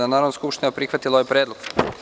Narodna skupština prihvatila ovaj predlog.